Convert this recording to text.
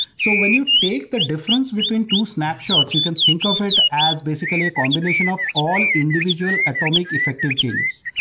so when you take the difference between two snapshots, you can think of it as basically a combination of all individual atomic effective changes.